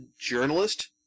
journalist